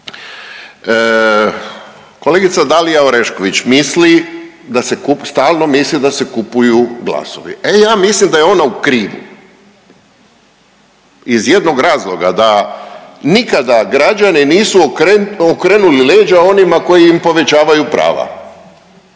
.../nerazumljivo/... stalno misli da se kupuju glasovi. E ja mislim da je ona u krivu iz jednog razloga da, nikada građani nisu okrenuli leđa onima koji im povećavaju prava.